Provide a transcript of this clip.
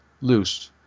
Loose